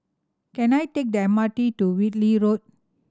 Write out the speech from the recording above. can I take the M R T to Whitley Road